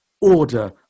order